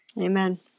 Amen